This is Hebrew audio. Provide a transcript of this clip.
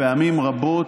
פעמים רבות,